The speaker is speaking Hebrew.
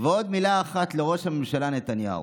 "ועוד מילה אחת, מילה לראש הממשלה נתניהו.